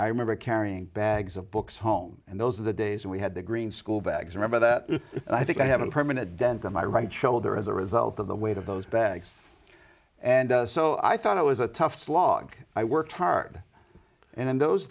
i remember carrying bags of books home and those are the days when we had the green school bags remember that i think i have a permanent dent on my right shoulder as a result of the weight of those bags and so i thought it was a tough slog i worked hard and in those